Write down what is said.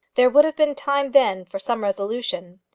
there would have been time then for some resolution.